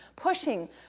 pushing